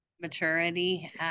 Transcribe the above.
maturity